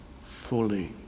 fully